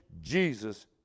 Jesus